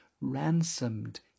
ransomed